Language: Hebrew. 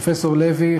פרופסור לוי,